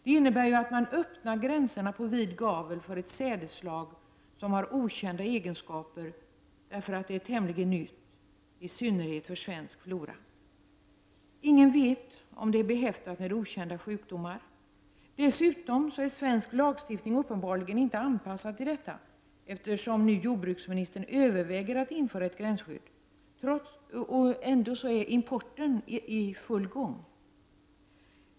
Det innebär ju att man Öppnar gränserna på vid gavel för ett sädesslag som har okända egenskaper, eftersom det är tämligen nytt, i synnerhet för svensk flora. Ingen vet om det är behäftat med okända sjukdomar. Dessutom är svensk lagstiftning uppenbarligen inte anpassad till detta, eftersom jordbruksministern nu överväger att införa ett gränsskydd. Ändå är importen i full gång.